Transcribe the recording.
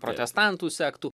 protestantų sektų